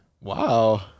Wow